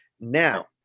Now